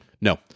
No